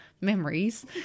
memories